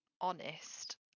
honest